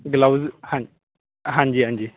gloves ਹਾਂ ਹਾਂਜੀ ਹਾਂਜੀ